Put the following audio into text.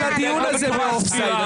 כל הדיון הזה באופסייד.